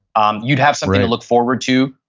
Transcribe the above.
um you'd have something to look forward to.